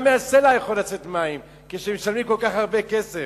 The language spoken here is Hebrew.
גם מהסלע יכולים לצאת מים כשמשלמים כל כך הרבה כסף.